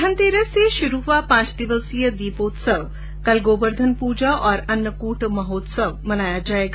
धनंतेरस से शुरू हुए पांच दिवसीय दीपोत्सव के तहत कल गोवर्धन पूजा और अन्नकूट महोत्सव मनाया जाएगा